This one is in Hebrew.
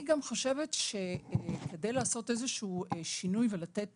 אני חושבת שעל מנת לעשות איזה שהוא שינוי ולתת